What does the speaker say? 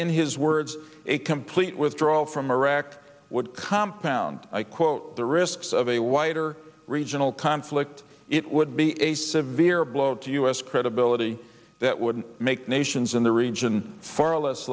in his words a complete withdrawal from iraq would compound i quote the risks of a wider regional conflict it would be a severe blow to u s credibility that would make nations in the region far less